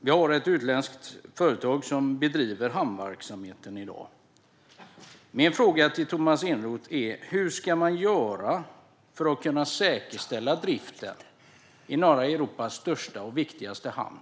Vi har ett utländskt företag som bedriver hamnverksamheten i dag. Min fråga till Tomas Eneroth är: Hur ska man göra för att kunna säkerställa driften i norra Europas största och viktigaste hamn?